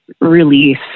release